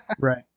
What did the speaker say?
right